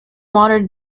modern